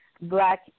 Black